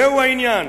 זהו העניין,